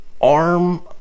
arm